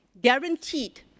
guaranteed